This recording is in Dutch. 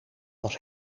was